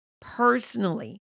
personally